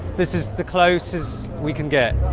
this is the closest we can get.